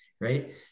Right